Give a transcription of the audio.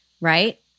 Right